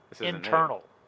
internal